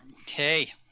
Okay